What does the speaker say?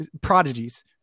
Prodigies